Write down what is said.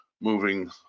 moving